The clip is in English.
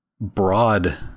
broad